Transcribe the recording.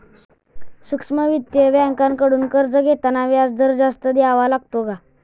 सूक्ष्म वित्तीय बँकांकडून कर्ज घेताना व्याजदर जास्त द्यावा लागतो का?